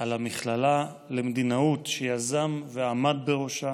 על המכללה למדינאות שיזם ועמד בראשה